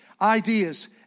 ideas